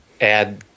add